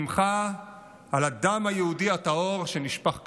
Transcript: שמחה על הדם היהודי הטהור שנשפך כמים.